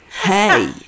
hey